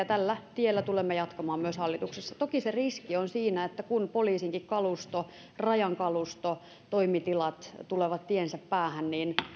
tällä tiellä tulemme jatkamaan myös hallituksessa toki se riski on siinä että kun poliisinkin kalusto rajan kalusto ja toimitilat tulevat tiensä päähän niin